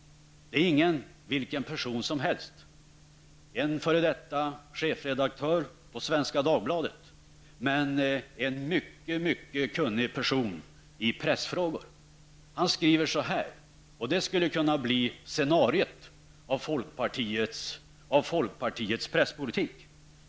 Det är inte vilken person som helst. Det är en f.d. chefredaktör på Svenska Dagbladet men en mycket kunnig person i pressfrågor. Han skriver så här, och det skulle kunna bli scenariet av folkpartiets presspolitik.